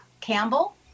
Campbell